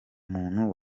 muntu